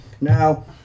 Now